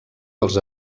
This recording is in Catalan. dels